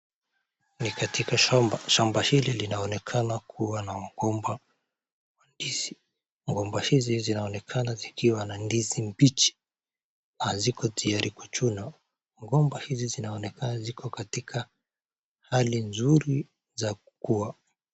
Ni katika shamba hili linaonekana kuwa na miomba wa ndizi. Mgomba hizi zinaonekana zikiwa na ndizi mbichi na haziko tayari kuchunwa. Mgomba hizi zinaonekana ziko katika hali nzuri za kukua.